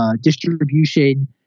distribution